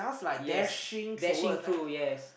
yes dashing true yes